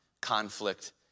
Conflict